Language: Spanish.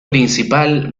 principal